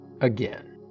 again